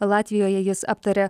latvijoje jis aptarė